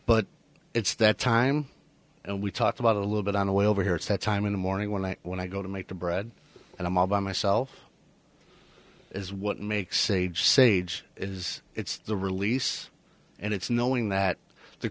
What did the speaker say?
but it's that time we talked about a little bit on the way over here it's that time in the morning when i when i go to make the bread and i'm all by myself is what makes age sage is it's the release and it's knowing that the